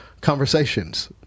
Conversations